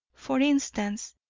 for instance,